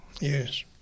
yes